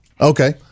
Okay